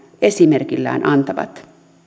esimerkillään antavat